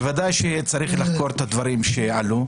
בוודאי שצריך לחקור את הדברים שעלו.